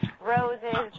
roses